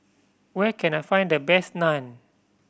where can I find the best Naan